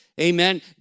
amen